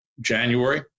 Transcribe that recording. January